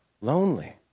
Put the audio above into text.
lonely